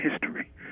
history